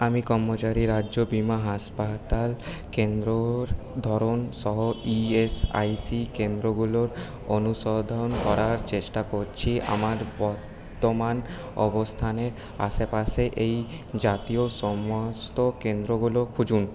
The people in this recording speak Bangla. আমি কর্মচারী রাজ্য বিমা হাসপাতাল কেন্দ্রর ধরণসহ ইএসআইসি কেন্দ্রগুলোর অনুসন্ধান করার চেষ্টা করছি আমার বর্তমান অবস্থানের আশেপাশে এই জাতীয় সমস্ত কেন্দ্রগুলো খুঁজুন